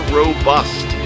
robust